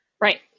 Right